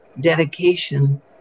dedication